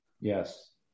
Yes